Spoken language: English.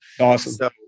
Awesome